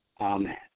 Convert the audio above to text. Amen